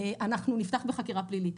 אנחנו נפתח בחקירה פלילית.